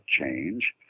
change